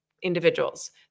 individuals